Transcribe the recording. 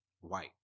white